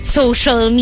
social